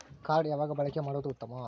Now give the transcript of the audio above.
Card ಯಾವಾಗ ಬಳಕೆ ಮಾಡುವುದು ಉತ್ತಮ?